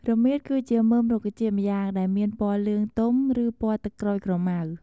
រមៀត គឺជាមើមរុក្ខជាតិម្យ៉ាងដែលមានពណ៌លឿងទុំ ឬពណ៌ទឹកក្រូចក្រម៉ៅ។